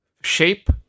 shape